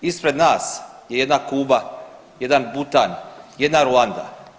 Ispred nas je jedna Kuba, jedan Butan, jedna Ruanda.